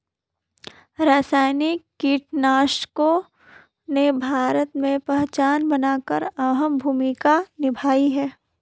रासायनिक कीटनाशकों ने भारत में पहचान बनाकर अहम भूमिका निभाई है